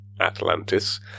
Atlantis